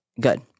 good